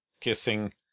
kissing